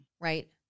Right